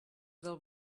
del